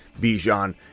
Bijan